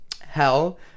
hell